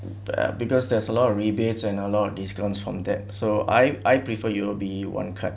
perhaps because there's a lot of rebates and a lot discounts from that so I I prefer U_O_B one card